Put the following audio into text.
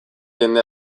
jende